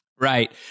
Right